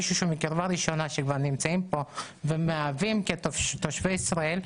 מישהו מקרבה ראשונה שכבר נמצא פה ומהווה תושב ישראל,